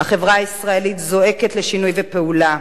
החברה הישראלית זועקת לשינוי ופעולה,